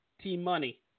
T-Money